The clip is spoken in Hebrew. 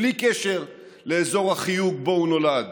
בלי קשר לאזור החיוג שבו הוא נולד,